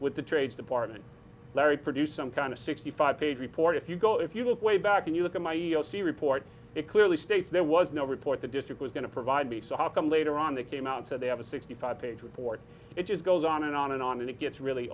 with the trades department larry produced some kind of sixty five page report if you go if you look way back and you look at my l c report it clearly states there was no report the district was going to provide me so how come later on they came out and said they have a sixty five page report it just goes on and on and on and it gets really